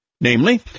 namely